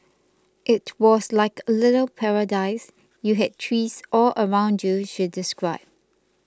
it was like a little paradise you had trees all around you she described